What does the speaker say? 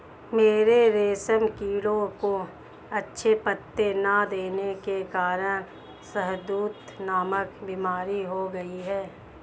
मेरे रेशम कीड़ों को अच्छे पत्ते ना देने के कारण शहदूत नामक बीमारी हो गई है